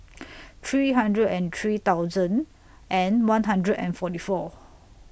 three hundred and three thousand one hundred and forty four